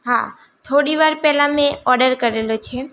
હા થોડી વાર પહેલાં મેં ઓડર કરેલો છે